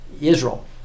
Israel